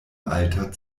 alter